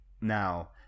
Now